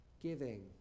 giving